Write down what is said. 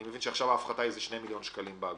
אני מבין שעכשיו ההפחתה היא כ-2 מיליון שקלים באגרות.